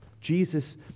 Jesus